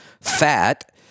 fat